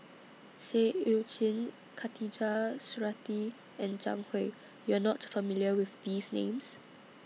Seah EU Chin Khatijah Surattee and Zhang Hui YOU Are not familiar with These Names